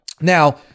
Now